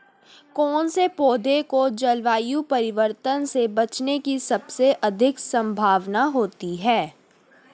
कौन से पौधे को जलवायु परिवर्तन से बचने की सबसे अधिक संभावना होती है?